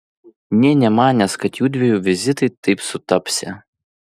nė nemanęs kad jųdviejų vizitai taip sutapsią